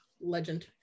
legend